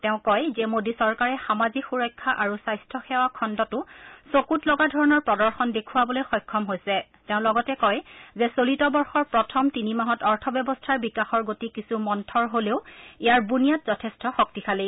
তেওঁ কয় যে মোডী চৰকাৰে সামাজিক সুৰক্ষা আৰু স্বাস্থ্য সেৱা খণ্ডতো চকুত লগা ধৰণৰ প্ৰদৰ্শন দেখুৱাবলৈ সক্ষম হৈছে তেওঁ লগতে কয় যে চলিত বৰ্ষৰ প্ৰথম তিনি মাহত অৰ্থব্যৱস্থাৰ বিকাশৰ গতি কিছু মন্থৰ হলেও ইয়াৰ বুনিয়াদ যথেষ্ট শক্তিশালী